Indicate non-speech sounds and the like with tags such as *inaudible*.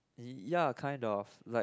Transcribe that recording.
*noise* ya kind of like